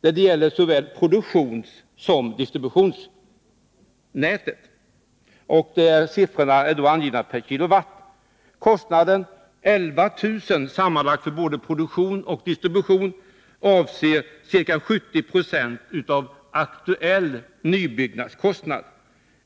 när det gäller såväl produktionssom distributionsnätet. Siffrorna anges per kW. Kostnaden 11 000 kr., sammanlagt för både produktion och distribution, avser ca 70 Io av aktuell nybyggnadskostnad.